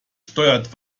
steuert